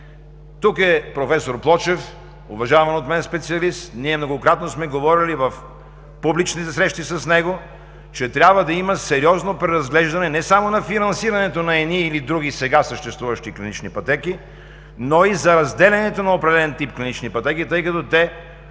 Тук е професор Плочев, уважаван от мен специалист. Ние многократно сме говорили в публичните срещи с него, че трябва да има сериозно преразглеждане не само на финансирането на едни или на други сега съществуващи клинични пътеки, но и за разделянето на определен тип клинични пътеки, тъй като те